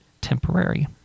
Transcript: temporary